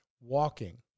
walking